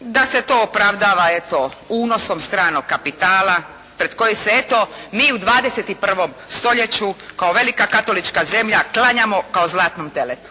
da se to opravdava eto unosom stranog kapitala pred koji se eto mi u 21. stoljeću kao velika katolička zemlja klanjamo kao zlatnom teletu.